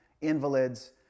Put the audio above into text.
invalids